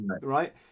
right